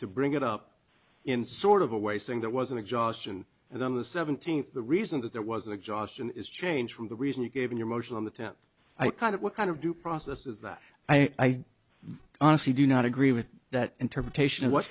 to bring it up in sort of a way saying that wasn't exhaustion and then the seventeenth the reason that there was an exhaustion is change from the reason you gave in your motion on the tenth i kind of what kind of due process is that i honestly do not agree with that interpretation of what